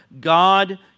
God